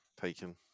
taken